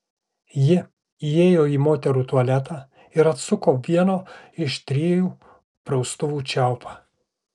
ji įėjo į moterų tualetą ir atsuko vieno iš trijų praustuvų čiaupą